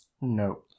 No